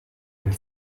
del